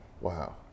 Wow